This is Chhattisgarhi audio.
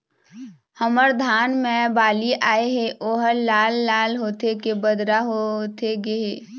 हमर धान मे बाली आए हे ओहर लाल लाल होथे के बदरा होथे गे हे?